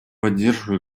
поддержку